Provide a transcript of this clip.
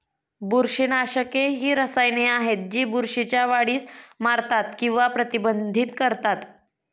बुरशीनाशके ही रसायने आहेत जी बुरशीच्या वाढीस मारतात किंवा प्रतिबंधित करतात